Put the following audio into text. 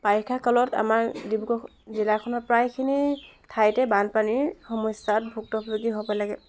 বাৰিষা কালত আমাৰ ডিব্ৰুগড়খন জিলাখনৰ প্ৰায়খিনি ঠাইতে বানপানীৰ সমস্যাত ভুক্তভোগী হ'ব লাগে